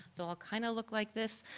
they'll ah kind of look like this.